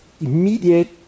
immediate